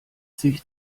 sich